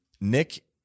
Nick